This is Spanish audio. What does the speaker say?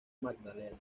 magdalena